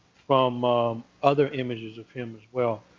from other images of him as well.